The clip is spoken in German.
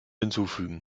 hinzufügen